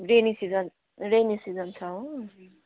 rainy season rainy season छ हो